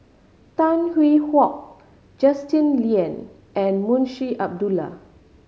Tan Hwee Hock Justin Lean and Munshi Abdullah